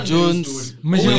Jones